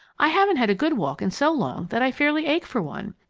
i haven't had a good walk in so long that i fairly ache for one.